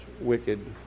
wicked